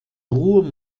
ruhr